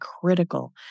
critical